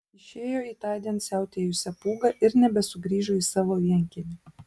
išėjo į tądien siautėjusią pūgą ir nebesugrįžo į savo vienkiemį